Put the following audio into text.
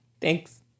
Thanks